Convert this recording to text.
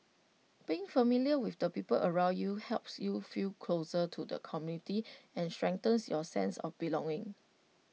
being familiar with the people around you helps you feel closer to the community and strengthens your sense of belonging